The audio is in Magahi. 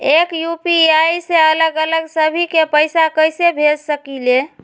एक यू.पी.आई से अलग अलग सभी के पैसा कईसे भेज सकीले?